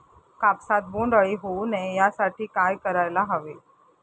कापसात बोंडअळी होऊ नये यासाठी काय करायला हवे?